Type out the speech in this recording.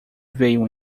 veio